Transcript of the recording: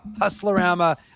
Hustlerama